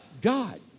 God